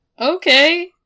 Okay